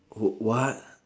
oh what